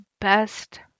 best